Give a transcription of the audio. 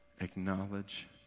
Acknowledge